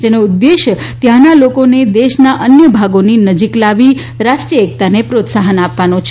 જેનો ઉદ્દેશ ત્યાંના લોકોને દેશના અન્ય ભાગોની નજીક લાવીને રાષ્ટ્રીય એકતાને પ્રોત્સાહન આપવાનો છે